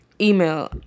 Email